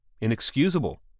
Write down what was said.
Inexcusable